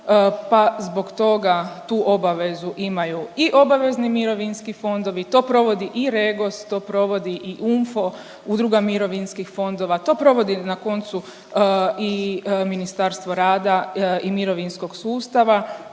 pa zbog toga tu obavezu imaju i obavezni mirovinski fondovi, to provodi i REGOS, to provodi i UNFO, Udruga mirovinskih fondova, to provodi, na koncu i Ministarstvo rada i mirovinskog sustava,